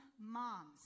moms